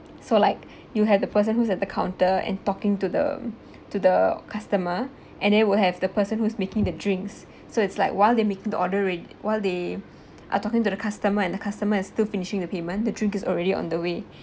so like you had the person who's at the counter and talking to the to the customer and then will have the person who's making the drinks so it's like while they making the order rae~ while they are talking to the customer and the customer is still finishing the payment the drink is already on the way